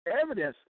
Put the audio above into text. evidence